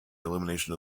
illumination